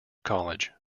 college